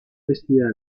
vestida